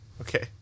Okay